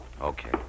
Okay